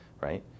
right